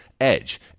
edge